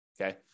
Okay